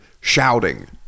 shouting